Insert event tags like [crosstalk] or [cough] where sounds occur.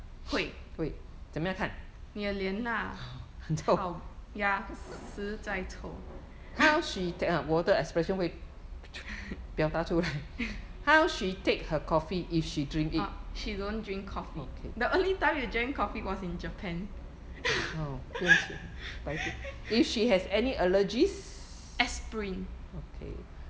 会你的脸啦 ya 实在臭 [laughs] orh she don't drink coffee the only time you drank coffee was in japan [laughs] aspirin